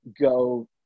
go